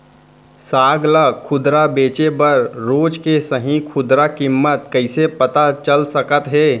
साग ला खुदरा बेचे बर रोज के सही खुदरा किम्मत कइसे पता चल सकत हे?